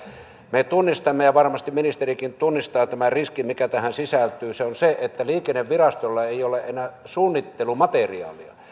me tunnistamme ja varmasti ministerikin tunnistaa tämän riskin mikä tähän sisältyy se on se että liikennevirastolla ei ole enää suunnittelumateriaalia ja